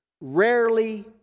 rarely